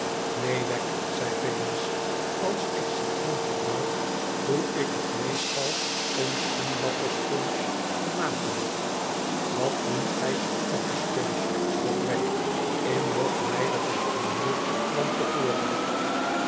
neen wegg zei venus als ik citroen gebruik doe ik het meestal om schoenlappers punch te maken wat noemt gij schoenlappers punch vroeg wegg in nog nijdiger humeur dan te voren